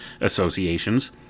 associations